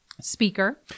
Speaker